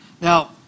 Now